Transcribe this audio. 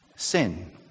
Sin